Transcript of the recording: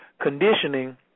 conditioning